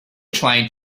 trying